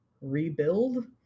rebuild